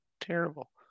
terrible